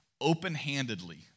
open-handedly